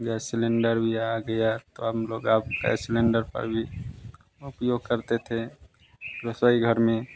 gas cylinder लिया दिया तो हम लोग अब गैस सिलेंडर पर भी उपयोग करते थे रसोई घर में